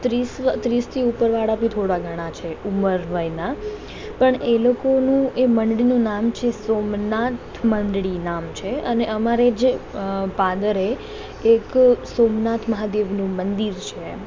ત્રીસ વ ત્રીસથી ઉપરવાળા પણ થોડા ઘણાં છે ઉંમર વયનાં પણ એ લોકોનું એ મંડળીનું નામ છે સોમનાથ મંડળી નામ છે અને અમારે જે અં પાદરે એક સોમનાથ મહાદેવનું મંદિર છે